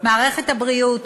מערכת הבריאות